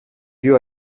più